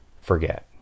forget